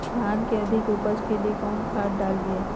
धान के अधिक उपज के लिए कौन खाद डालिय?